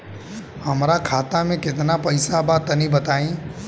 हमरा खाता मे केतना पईसा बा तनि बताईं?